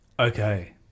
Okay